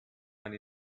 done